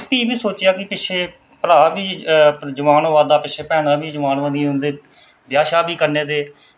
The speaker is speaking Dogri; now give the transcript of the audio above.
भी बी सोचेआ कि पिच्छें भ्राऽ बी जोआन होआ दा पिच्छें भैनां बी जोआन होआ दियां उं'दे ब्याह् शेआ बी करने ते